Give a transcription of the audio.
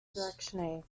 direction